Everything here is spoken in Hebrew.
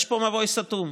יש פה מבוי סתום.